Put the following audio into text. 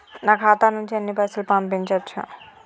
నా ఖాతా నుంచి ఎన్ని పైసలు పంపించచ్చు?